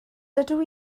dydw